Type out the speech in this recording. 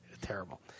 terrible